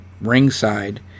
ringside